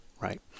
right